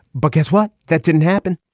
but guess what that didn't happen.